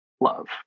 love